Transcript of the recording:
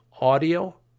Audio